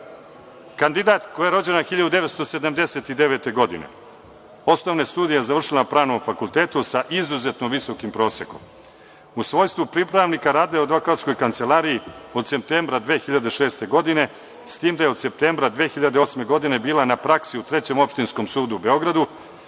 kandidatkinja koja je rođena 1979. godine, osnovne studije završila na Pravnom fakultetu, sa izuzetno visokim prosekom. U svojstvu pripravnika radila je u advokatskoj kancelariji od septembra 2006. godine, s tim da je od septembra 2008. godine bila na praksi u Trećem opštinskom sudu u Beogradu,